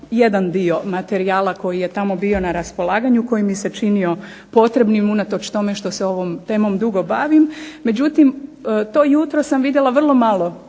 jedan dio materijala koji je tamo bio na raspolaganju koji mi se činio potrebnim unatoč tome što se ovom temom dugo bavim. Međutim, to jutro sam vidjela vrlo malo